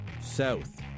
south